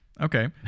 Okay